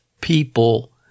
people